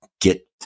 get